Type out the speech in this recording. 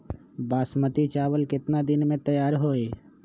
बासमती चावल केतना दिन में तयार होई?